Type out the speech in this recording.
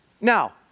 Now